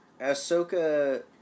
Ahsoka